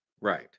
Right